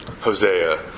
Hosea